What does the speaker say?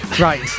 Right